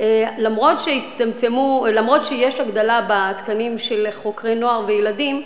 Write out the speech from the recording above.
גם אם יש הגדלה במספר התקנים של חוקרי נוער וילדים,